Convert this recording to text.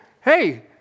hey